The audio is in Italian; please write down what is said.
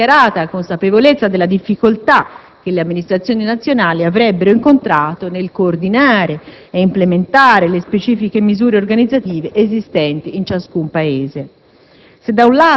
pur nella dichiarata consapevolezza delle difficoltà che le amministrazioni nazionali avrebbero incontrato nel coordinare ed implementare le specifiche misure organizzative esistenti in ciascun Paese.